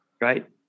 Right